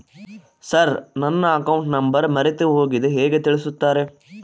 Sir ನನ್ನ account number ಮರೆತುಹೋಗಿದೆ ಹೇಗೆ ತಿಳಿಸುತ್ತಾರೆ?